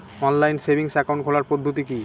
Online savings account খোলার পদ্ধতি কি?